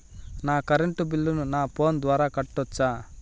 నా కరెంటు బిల్లును నా ఫోను ద్వారా కట్టొచ్చా?